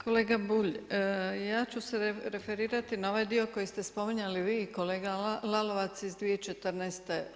Kolega Bulj, ja ću se referirati na ovaj dio koji ste spominjali vi i kolega Lalovac iz 2014.